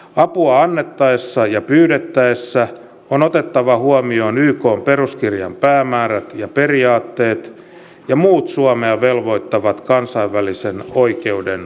apua annettaessa ja pyydettäessä on otettava huomioon ykn peruskirjan päämäärät ja periaatteet ja muut suomea velvoittavat kansainvälisen oikeuden säännöt